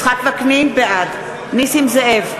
בעד נסים זאב,